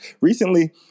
recently